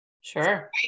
Sure